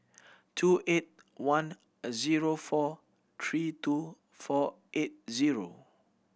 two eight one zero four three two four eight zero